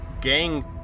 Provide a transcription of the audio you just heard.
gang